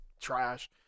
trash